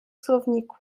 słowniku